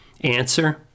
Answer